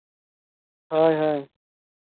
ᱦᱳᱭ ᱦᱳᱭ